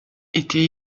était